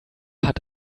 hat